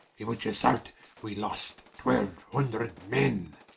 in which assault, we lost twelue hundred men.